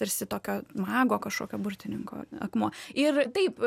tarsi tokio mago kažkokio burtininko akmuo ir taip